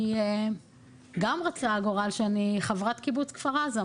כי גם רצה הגורל שאני חברת קיבוץ כפר עזה,